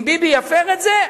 אם ביבי יפר את זה,